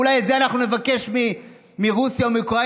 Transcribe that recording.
אולי את זה נבקש מרוסיה או מאוקראינה,